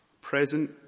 Present